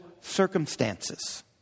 circumstances